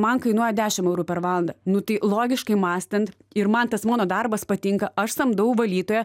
man kainuoja dešim eurų per valandą nu tai logiškai mąstant ir man tas mano darbas patinka aš samdau valytoją